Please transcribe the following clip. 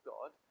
God